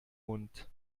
mund